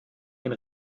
ein